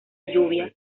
lluvia